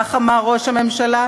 כך אמר ראש הממשלה.